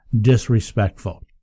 disrespectful